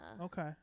okay